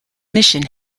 mission